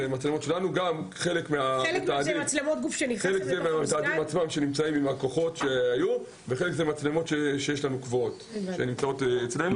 חלק זה מהמתעדים שהיו עם הכוחות וחלק זה מצלמות קבועות שנמצאות אצלנו.